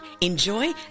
enjoy